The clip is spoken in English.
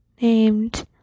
named